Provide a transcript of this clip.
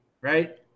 right